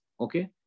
okay